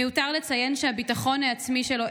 מיותר לציין שהביטחון העצמי שלו,